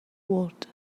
world